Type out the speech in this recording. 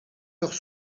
leurs